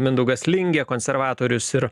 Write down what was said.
mindaugas lingė konservatorius ir